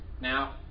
Now